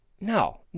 no